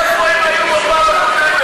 איפה הם היו בפעם הקודמת?